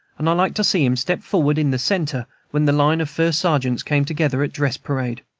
and i liked to see him step forward in the centre when the line of first sergeants came together at dress-parade.